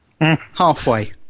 Halfway